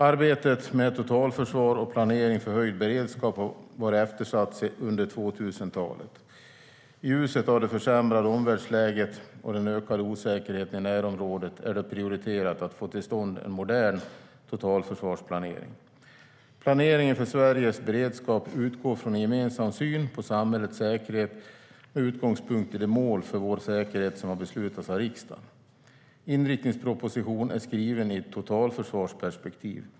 Arbetet med totalförsvar och planering för höjd beredskap har varit eftersatt under 2000-talet. I ljuset av det försämrade omvärldsläget och den ökade osäkerheten i närområdet är det prioriterat att få till stånd en modern totalförsvarsplanering. Planeringen för Sveriges beredskap utgår från en gemensam syn på samhällets säkerhet med utgångspunkt i de mål för vår säkerhet som har beslutats av riksdagen. Inriktningspropositionen är skriven i ett totalförsvarsperspektiv.